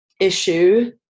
issue